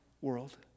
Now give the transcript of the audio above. world